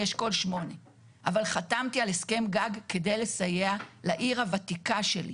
אני אשכול 8. אבל חתמתי על הסכם גג כדי לסייע לעיר הוותיקה שלי.